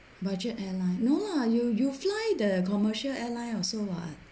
budget airline no lah you you fly the commercial airline also what